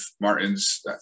Martin's